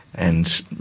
and